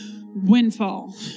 windfall